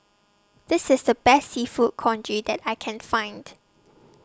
This IS The Best Seafood Congee that I Can Find